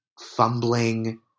fumbling